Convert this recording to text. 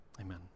Amen